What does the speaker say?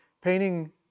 painting